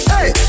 Hey